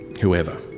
whoever